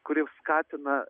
kuri skatina